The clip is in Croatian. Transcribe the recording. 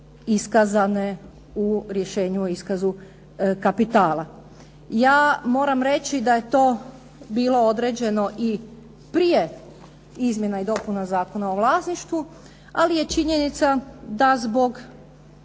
iskazane u rješenju o iskazu kapitala. Ja moram reći da je to bilo određeno i prije izmjena i dopuna Zakona o vlasništvu, ali je činjenica da zbog